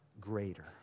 greater